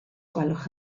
gwelwch